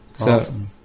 Awesome